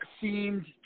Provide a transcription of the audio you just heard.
seemed